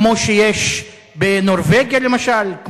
כמו שיש בנורבגיה, למשל?